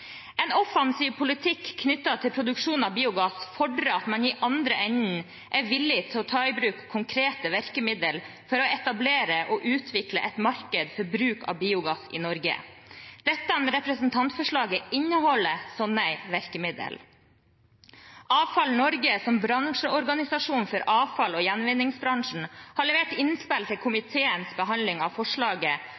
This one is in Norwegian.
En offensiv politikk knyttet til produksjon av biogass fordrer at man i andre enden er villig til å ta i bruk konkrete virkemidler for å etablere og utvikle et marked for bruk av biogass i Norge. Dette representantforslaget inneholder slike virkemidler. Avfall Norge, som bransjeorganisasjon for avfalls- og gjenvinningsbransjen, har levert innspill til